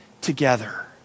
together